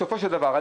אני